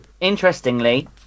interestingly